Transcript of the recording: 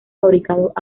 fabricados